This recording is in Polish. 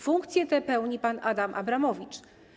Funkcję tę pełni pan Adam Abramowicz.